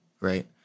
right